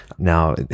Now